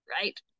right